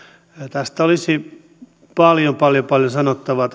tästä uudistuksesta olisi paljon paljon paljon sanottavaa